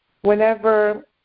Whenever